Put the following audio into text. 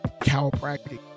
chiropractic